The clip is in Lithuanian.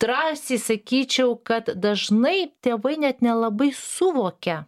drąsiai sakyčiau kad dažnai tėvai net nelabai suvokia